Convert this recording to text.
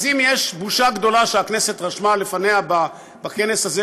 אז אם יש בושה גדולה שהכנסת רשמה לפניה בכנס הזה,